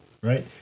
right